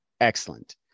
Excellent